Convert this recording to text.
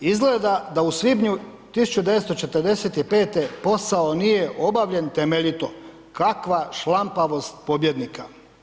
Izgleda da u svinju 1945. posao nije obavljen temeljito, kakva šlampavost pobjednika.